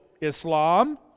islam